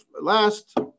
last